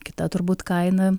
kita turbūt kaina